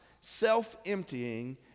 self-emptying